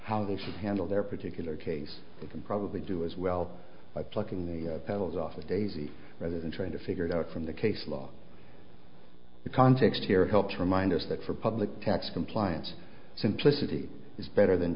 should handle their particular case they can probably do as well by plucking the petals off a daisy rather than trying to figure it out from the case law the context here help to remind us that for public tax compliance simplicity is better than